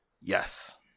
Yes